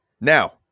Now